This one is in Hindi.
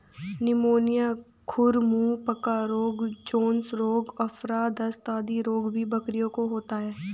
निमोनिया, खुर मुँह पका रोग, जोन्स रोग, आफरा, दस्त आदि रोग भी बकरियों को होता है